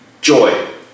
joy